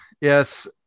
yes